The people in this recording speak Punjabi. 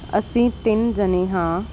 ਅਸੀਂ ਤਿੰਨ ਜਾਣੇ ਹਾਂ